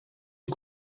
een